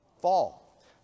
fall